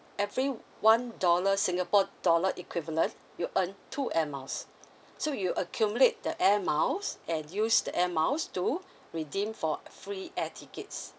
every one dollar singapore dollar equivalent you earn two air miles so you accumulate the air miles and use the air miles to redeem for free air tickets